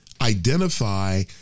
identify